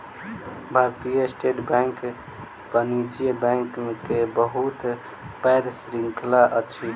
भारतीय State Bank वाणिज्य bank के बहुत पैघ श्रृंखला अछि